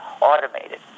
automated